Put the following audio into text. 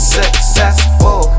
successful